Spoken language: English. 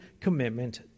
commitment